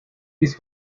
this